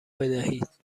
بدهید